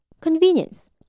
convenience